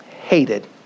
hated